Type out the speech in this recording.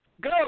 Go